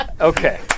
Okay